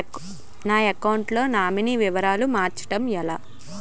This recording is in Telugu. నా అకౌంట్ లో నామినీ వివరాలు మార్చటం ఎలా?